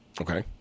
Okay